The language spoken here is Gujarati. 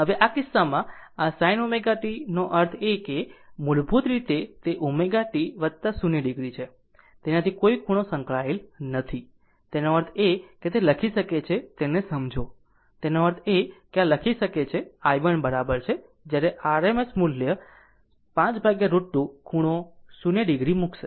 હવે આ કિસ્સામાં આ sin ω t નો અર્થ એ છે કે મૂળભૂત રીતે તે ω t 0 o છે તેનાથી કોઈ ખૂણો સંકળાયેલ નથી તેનો અર્થ છે કે તે લખી શકે છે તેને સમજો તેનો અર્થ એ છે કે આ લખી શકે છેi1 બરાબર છે જ્યારે rms વેલ્યુ 5 √ 2 ખૂણો 0 o મૂકશે